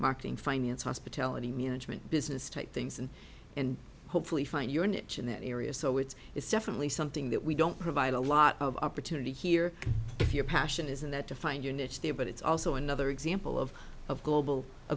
marketing finance hospitality management business type things and and hopefully find your niche in that area so it's it's definitely something that we don't provide a lot of opportunity here if your passion isn't that to find your niche there but it's also another example of of global